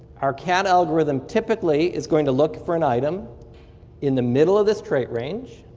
our cat algorithm typically is going to look for an item in the middle of this trait range.